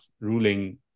ruling